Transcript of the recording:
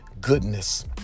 goodness